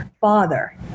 father